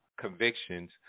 convictions